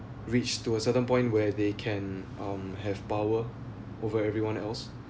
reach to a certain point where they can um have power over everyone else